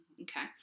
okay